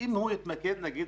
אם הוא יתמקד נגיד